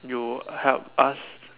you help ask